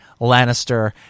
Lannister